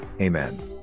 Amen